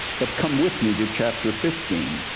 but come with me to chapter fifteen.